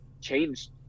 changed